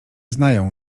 znają